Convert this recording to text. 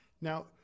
now